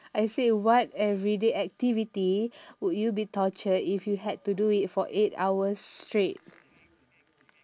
I say what everyday activity would you be tortured if you had to do it for eight hours straight